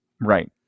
Right